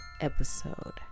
episode